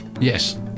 Yes